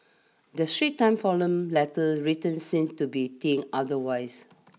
The Straits Times forum letter writer seems to be think otherwise